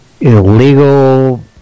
Illegal